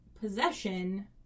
possession